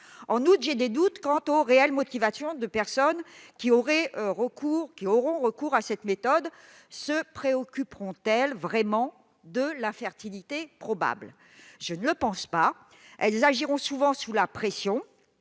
En outre, j'ai des doutes sur les motivations réelles des personnes qui auront recours à cette méthode : se préoccuperont-elles vraiment d'une infertilité probable ? Je ne le pense pas ! Elles agiront souvent sous la pression